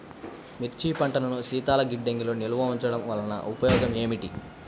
మిర్చి పంటను శీతల గిడ్డంగిలో నిల్వ ఉంచటం వలన ఉపయోగం ఏమిటి?